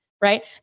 right